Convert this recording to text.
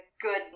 good